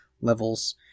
levels